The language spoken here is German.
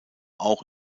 auch